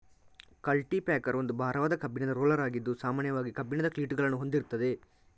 culti packer ಒಂದು ಭಾರವಾದ ಕಬ್ಬಿಣದ ರೋಲರ್ ಆಗಿದ್ದು ಸಾಮಾನ್ಯವಾಗಿ ಕಬ್ಬಿಣದ ಕ್ಲೀಟುಗಳನ್ನ ಹೊಂದಿರ್ತದೆ